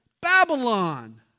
Babylon